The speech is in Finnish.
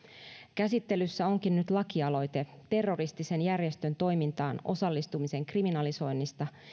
käsittelyssä onkin nyt lakialoite terroristisen järjestön toimintaan osallistumisen kriminalisoinnista